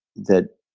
that,